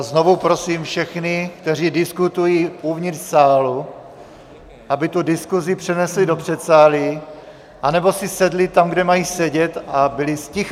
Znovu prosím všechny, kteří diskutují uvnitř sálu, aby diskusi přenesli do předsálí anebo si sedli tam, kde mají sedět, a byli zticha!